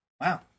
wow